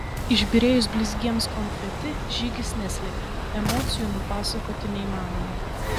išbyrėjus blizgiems konfeti žygis neslėpė emocijų nupasakoti neįmanoma